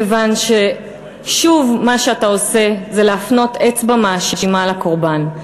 כיוון ששוב מה שאתה עושה זה להפנות אצבע מאשימה לקורבן.